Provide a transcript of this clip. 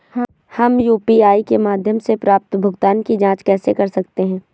हम यू.पी.आई के माध्यम से प्राप्त भुगतान की जॉंच कैसे कर सकते हैं?